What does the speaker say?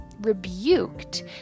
rebuked